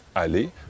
aller